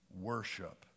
worship